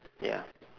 ya